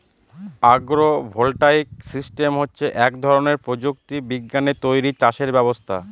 আগ্র voltaic system হচ্ছে এক ধরনের প্রযুক্তি বিজ্ঞানে তৈরী চাষের ব্যবস্থা